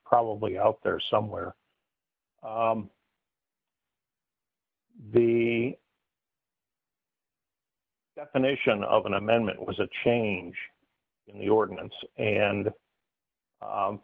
probably out there somewhere the definition of an amendment was a change in the ordinance and